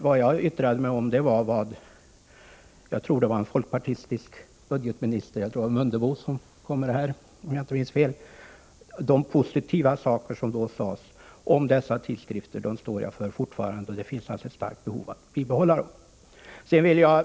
Vad jag yttrade mig om var vad jag tror det var den folkpartistiske budgetministern Ingemar Mundebo, som kom med förslaget, sade. De positiva saker som då sades om dessa tidskrifter står jag fortfarande för. Det finns alltså ett starkt behov av att behålla stödet till dem.